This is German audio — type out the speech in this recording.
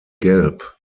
gelb